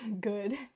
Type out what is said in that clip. good